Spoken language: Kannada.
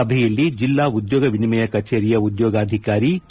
ಸಭೆಯಲ್ಲಿ ಜಿಲ್ಲಾ ಉದ್ಯೋಗ ವಿನಿಮಯ ಕಛೇರಿಯ ಉದ್ಯೋಗಾಧಿಕಾರಿ ಕೆ